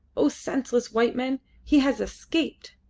o senseless white men! he has escaped!